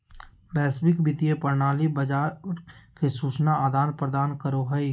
वैश्विक वित्तीय प्रणाली बाजार के सूचना आदान प्रदान करो हय